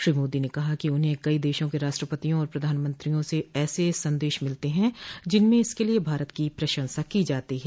श्री मोदी ने कहा कि उन्हें कई देशों के राष्ट्रपतियों और प्रधानमंत्रियों से ऐसे सदेश मिलते हैं जिनमें इसके लिए भारत की प्रशंसा की जाती है